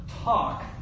talk